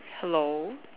hello